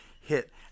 hit